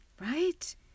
right